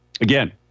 Again